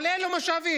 אבל אין לו משאבים,